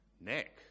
Nick